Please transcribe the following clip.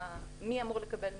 מי אמור לקבל ממה?